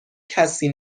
کسی